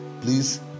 Please